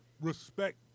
respect